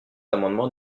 l’amendement